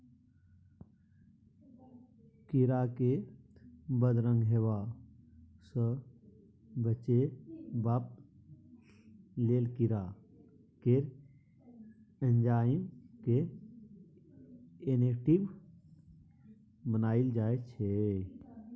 कीरा केँ बदरंग हेबा सँ बचेबाक लेल कीरा केर एंजाइम केँ इनेक्टिब बनाएल जाइ छै